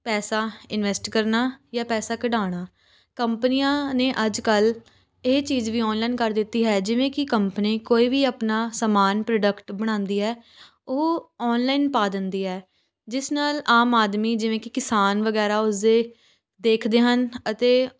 ਪੈਸਾ ਇੰਨਵੈਸਟ ਕਰਨਾ ਜਾਂ ਪੈਸਾ ਕਢਵਾਉਣਾ ਕੰਪਨੀਆਂ ਨੇ ਅੱਜ ਕੱਲ੍ਹ ਇਹ ਚੀਜ਼ ਵੀ ਔਨਲਾਈਨ ਕਰ ਦਿੱਤੀ ਹੈ ਜਿਵੇਂ ਕਿ ਕੰਪਨੀ ਕੋਈ ਵੀ ਆਪਣਾ ਸਮਾਨ ਪ੍ਰੋਡਕਟ ਬਣਾਉਂਦੀ ਹੈ ਉਹ ਔਨਲਾਈਨ ਪਾ ਦਿੰਦੀ ਹੈ ਜਿਸ ਨਾਲ ਆਮ ਆਦਮੀ ਜਿਵੇਂ ਕਿ ਕਿਸਾਨ ਵਗੈਰਾ ਉਸ ਦੇ ਦੇਖਦੇ ਹਨ ਅਤੇ